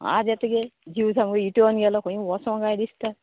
वाज येता गे जीव सामको इटोन गेलो खंय वोसों गाय दिसता